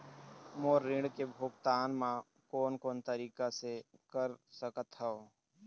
मोर ऋण के भुगतान म कोन कोन तरीका से कर सकत हव?